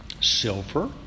silver